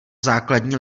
základní